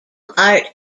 art